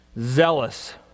zealous